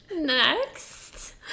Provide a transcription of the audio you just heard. next